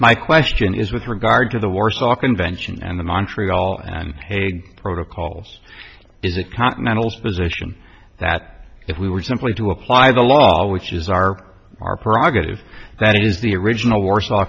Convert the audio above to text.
my question is with regard to the warsaw convention and the montreal and hague protocols is a continental spears ition that if we were simply to apply the law which is our our prerogative that is the original warsaw